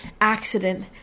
accident